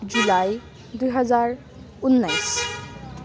जुलाई दुई हजार उन्नाइस